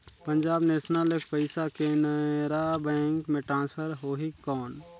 Punjab National ले पइसा Canara bank मे ट्रांसफर होहि कौन?